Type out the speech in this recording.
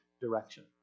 direction